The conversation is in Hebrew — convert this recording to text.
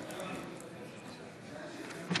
מצביע